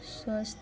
स्वस्थ